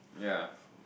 ya